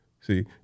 See